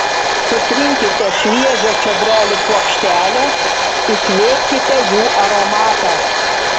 sutrinkite šviežią čiobrelių puokštelę įkvėpkite jų aromatą